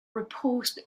repulsed